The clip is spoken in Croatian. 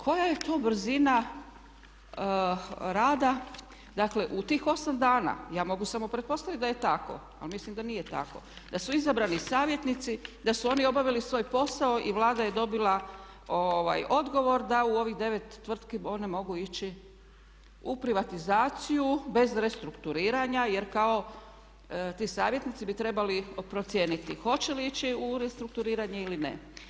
Koja je to brzina rada, dakle u tih 8 dana, ja mogu samo pretpostaviti da je tako ali mislim da nije tako, da su izabrani savjetnici, da su oni obavili svoj posao i Vlada je dobila odgovor da u ovih 9 tvrtki one mogu ići u privatizaciju bez restrukturiranja jer kao ti savjetnici bi trebali procijeniti hoće li ići u restrukturiranje ili ne.